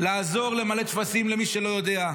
לעזור למלא טפסים למי שלא יודע,